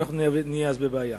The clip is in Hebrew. ואנחנו נהיה אז בבעיה?